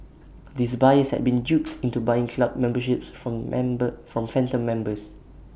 these buyers had been duped into buying club memberships from member from phantom members